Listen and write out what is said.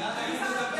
הנתון הזה,